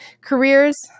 careers